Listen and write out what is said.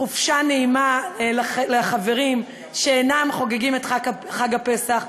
וחופשה נעימה לחברים שאינם חוגגים את חג הפסח.